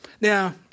Now